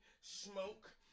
smoke